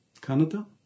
Canada